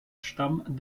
stamm